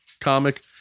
comic